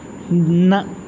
نہ